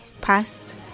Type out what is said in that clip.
past